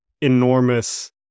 enormous